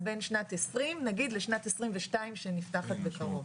בין שנת 20' נגיד לשנת 22' שנפתחת בקרוב?